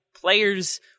players